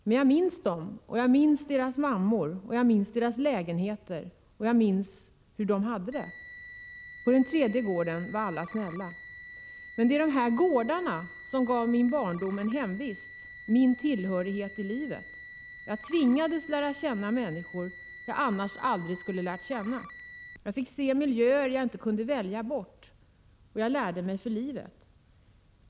Men jag minns dem — jag minns deras mammor och deras lägenheter och jag minns hur de hade det. På den tredje gården var alla snälla. Det är de här gårdarna som gav min barndom ett hemvist — min tillhörighet i livet. Jag tvingades lära känna människor som jag annars aldrig skulle ha lärt känna. Jag fick se miljöer som jag inte kunde välja bort. Jag lärde mig för livet.